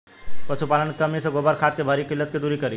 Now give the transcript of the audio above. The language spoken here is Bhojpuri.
पशुपालन मे कमी से गोबर खाद के भारी किल्लत के दुरी करी?